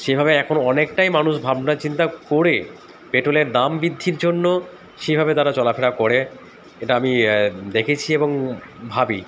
সেভাবে এখন অনেকটাই মানুষ ভাবনাচিন্তা করে পেট্রোলের দাম বৃদ্ধির জন্য সেভাবে তারা চলাফেরা করে এটা আমি দেখেছি এবং ভাবি